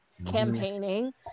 campaigning